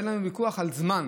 אבל אין לנו ויכוח על זמן,